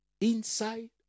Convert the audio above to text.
Inside